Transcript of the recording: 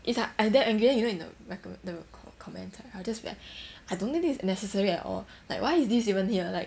it's like I damn angry you know in the recom~ in the comments I just that I don't think this is necessary at all like why is this even here like